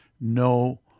no